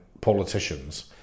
politicians